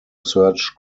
search